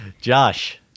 Josh